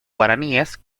guaraníes